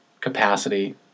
capacity